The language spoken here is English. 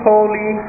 Holy